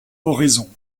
oraison